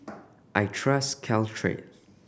I trust Caltrate